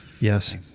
Yes